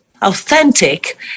authentic